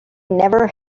never